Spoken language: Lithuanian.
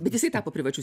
bet jisai tapo privačiu